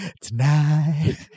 tonight